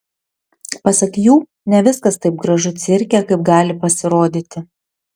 pasak jų ne viskas taip gražu cirke kaip gali pasirodyti